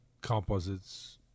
composites